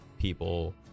people